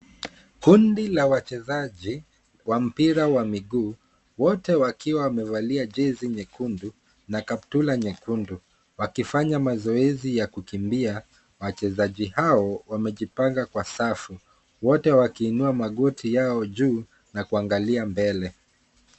Kundi la wachezaji wa mpira ya miguu, wote wakiwa wamevalia jezi nyekundu na kaptula nyekundu, wakifanya mazoezi ya kukimbia. Wachezaji hao wamejipanga kwa safu, wote wakiinua magotio yao juu na kuangalia mbele.